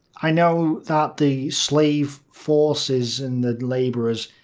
i know that the slave forces and the labourers,